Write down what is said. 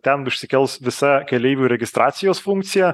ten išsikels visa keleivių registracijos funkcija